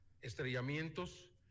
estrellamientos